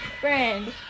Friend